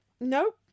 Nope